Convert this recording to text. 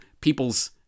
people's